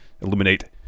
illuminate